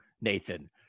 Nathan